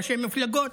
ראשי מפלגות,